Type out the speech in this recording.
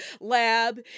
lab